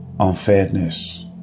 unfairness